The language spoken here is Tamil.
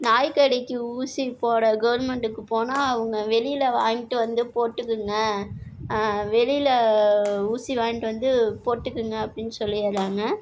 நாய் கடிக்கு ஊசி போட கவர்மெண்டுக்கு போனால் அவங்க வெளியில் வாங்கிட்டு வந்து போட்டுக்குங்க வெளியில் ஊசி வாங்கிட்டு வந்து போட்டுக்குங்க அப்டின்னு சொல்லிடறாங்க